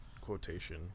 quotation